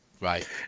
right